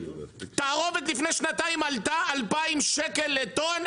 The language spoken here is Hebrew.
תערובת לפני שנתיים עלתה 2,000 שקל לטון,